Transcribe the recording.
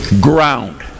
ground